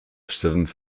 seventh